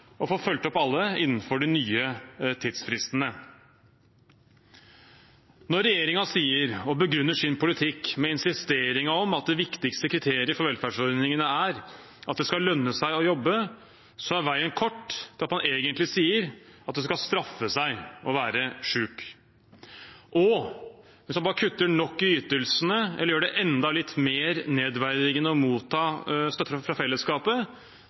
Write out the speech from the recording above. få fulgt opp alle innenfor de nye tidsfristene. Når regjeringen begrunner sin politikk med insisteringen på at det viktigste kriteriet for velferdsordningene er at det skal lønne seg å jobbe, er veien kort til at man egentlig sier at det skal straffe seg å være syk. Hvis man bare kutter nok i ytelsene, eller gjør det enda litt mer nedverdigende å motta støtte fra fellesskapet,